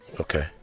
Okay